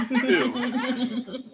Two